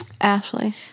Ashley